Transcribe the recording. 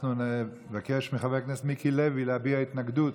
אנחנו נבקש מחבר הכנסת מיקי לוי להביע התנגדות.